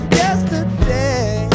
yesterday